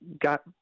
got